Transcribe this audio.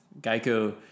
Geico